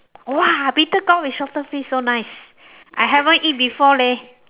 !wah! bittergourd with salted fish so nice I haven't eat before leh